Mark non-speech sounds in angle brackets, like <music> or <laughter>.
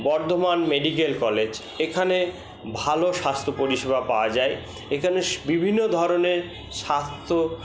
Bardhaman medical college এখানে ভালো স্বাস্থ্য পরিষেবা পাওয়া যায় <unintelligible> এখানে বিভিন্ন ধরনের স্বাস্থ্য